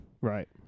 Right